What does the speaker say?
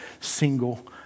single